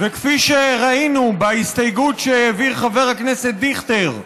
וכפי שראינו בהסתייגות שהעביר חבר הכנסת דיכטר,